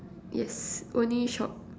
yes only shop